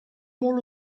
molt